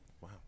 Wow